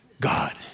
God